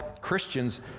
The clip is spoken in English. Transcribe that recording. Christians